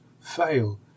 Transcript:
fail